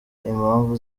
impamvu